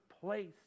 place